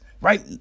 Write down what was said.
right